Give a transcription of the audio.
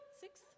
Six